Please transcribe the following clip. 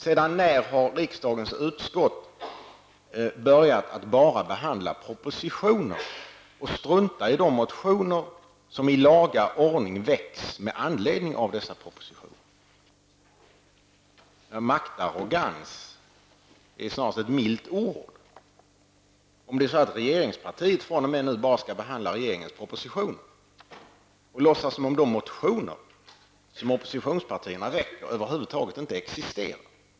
Sedan när har riksdagens utskott börjat att bara behandla propositioner och strunta i de motioner som i laga ordning väckts med anledning av dessa propositioner? Maktarrogans är snarast ett milt ord, om det är så att regeringspartiet fr.o.m. nu bara skall behandla regeringens propositioner och låtsas som om de motioner oppositionspartierna väckt över huvud taget inte existerar.